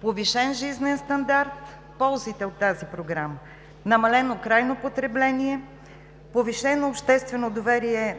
повишен жизнен стандарт, намалено крайно потребление, повишено обществено доверие